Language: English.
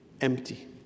Empty